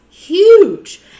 huge